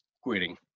quitting